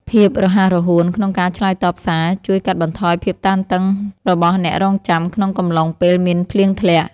ភាពរហ័សរហួនក្នុងការឆ្លើយតបសារជួយកាត់បន្ថយភាពតានតឹងរបស់អ្នករង់ចាំក្នុងកំឡុងពេលមានភ្លៀងធ្លាក់។